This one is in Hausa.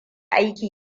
aiki